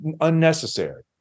unnecessary